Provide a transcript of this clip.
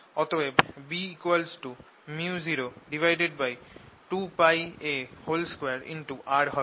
অতএব B µ02πa২r হবে